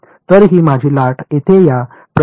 तर ही माझी लाट येथे या प्रदेशात आहे